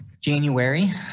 January